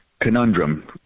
conundrum